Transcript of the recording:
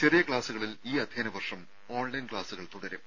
ചെറിയ ക്ലാസുകളിൽ ഈ അധ്യയന വർഷം ഓൺലൈൻ ക്ലാസുകൾ തുടരും